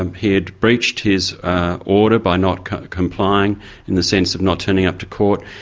um he had breached his order by not complying in the sense of not turning up to court.